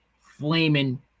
flaming